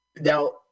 Now